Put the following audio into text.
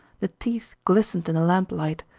the teeth glistened in the lamplight.